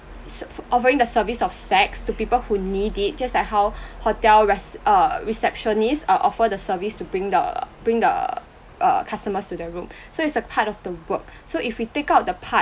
offering the service of sex to people who need it just like how hotel rest~ uh receptionists uh offer the service to bring the uh bring the uh customers to their room so it's a part of the work so if we take out the part